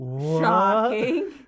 Shocking